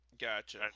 Gotcha